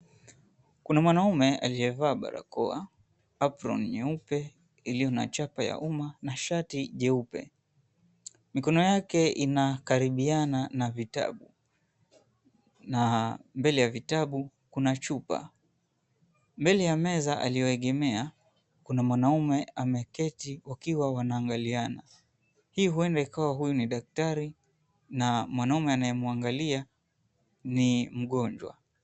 Kuna mwanaume aliyevaa barakoa, apron nyeupe iliyo na chapa ya umma na shati jeupe. Mikono yake inakaribiana na vitabu na mbele ya vitabu kuna chupa. Mbele ya meza aliyoegemea kuna mwanaume ameketi wakiwa wanaangaliana. Hii huenda ikawa huyu ni daktari na mwanaume anayemwangalia ni mgonjwa.